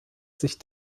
sich